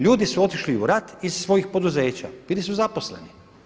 Ljudi su otišli u rat iz svojih poduzeća, bili su zaposleni.